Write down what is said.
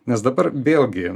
nes dabar vėlgi